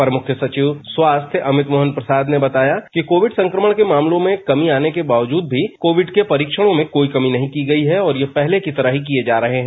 अपर मुख्य सचिव स्वास्थ्य अमित मोहन प्रसाद ने बताया कि कोविड संक्रमण के मामलों में कमी आने के बावजूद भी कोविड के परीक्षणों में कोई कमी नहीं की गई है और यह पहले की तरह ही किए जा रहे हैं